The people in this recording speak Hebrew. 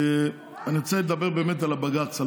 אני רוצה לדבר באמת על הבג"ץ,